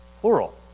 Plural